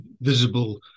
visible